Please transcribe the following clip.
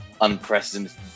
unprecedented